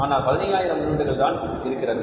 ஆனால் 15000 யூனிட்டுகள் தான் இருக்கிறது